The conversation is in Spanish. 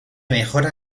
mejora